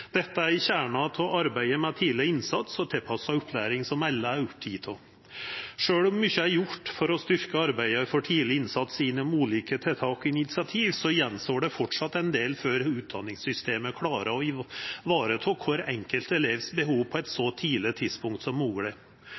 Dette er i kjernen av arbeidet med tidleg innsats og tilpassa opplæring, som alle er opptekne av. Sjølv om mykje er gjort for å styrkja arbeidet for tidleg innsats med ulike tiltak og initiativ, står det framleis att ein del før utdanningssystemet klarer å ta vare på behova til kvar enkelt elev på eit så tidleg tidspunkt som mogleg.